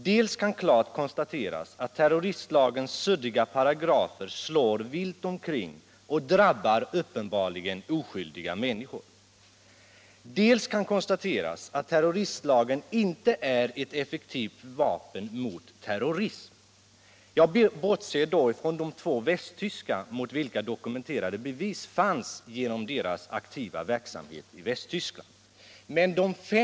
Dels kan klart konstateras att terroristlagens suddiga paragrafer slår vilt omkring och uppenbarligen drabbar oskyldiga människor, dels kan man konstatera att terroristlagen inte är ett effektivt vapen mot terrorism. Jag bortser då från de två västtyskar mot vilka dokumenterade bevis fanns genom deras aktiva verksamhet i Västtyskland.